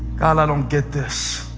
god, i don't get this,